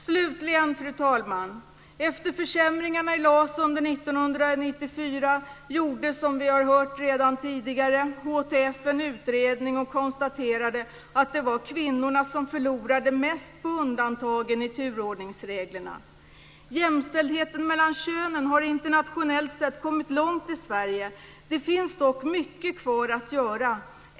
Slutligen, fru talman, vill jag säga att efter försämringarna i LAS under 1994 gjorde HTF, som vi har hört redan tidigare, en utredning och konstaterade att det var kvinnorna som förlorade mest på undantagen i turordningsreglerna. Jämställdheten mellan könen har internationellt sett kommit långt i Sverige. Det finns dock mycket kvar att göra.